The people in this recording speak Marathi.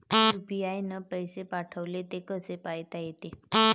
यू.पी.आय न पैसे पाठवले, ते कसे पायता येते?